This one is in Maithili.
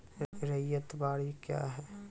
रैयत बाड़ी क्या हैं?